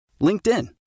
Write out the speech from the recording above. LinkedIn